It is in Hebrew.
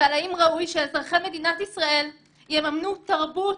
והאם ראוי שאזרחי מדינת ישראל יממנו תרבות